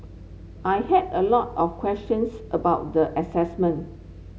I had a lot of questions about the